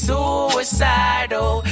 Suicidal